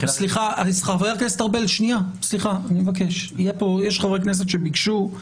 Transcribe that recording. חבר הכנסת ארבל, סליחה, יש חברי כנסת שביקשו.